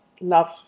love